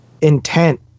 intent